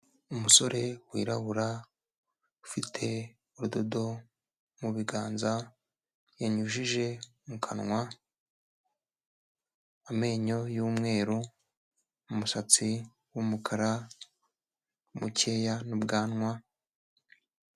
Umusore wirabura, ufite urudodo mu biganza yanyujije mu kanwa, amenyo y'umweru, umusatsi w'umukara mukeya n'ubwanwa.